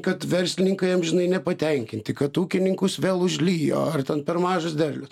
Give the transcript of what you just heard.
kad verslininkai amžinai nepatenkinti kad ūkininkus vėl užlijo ar ten per mažas derlius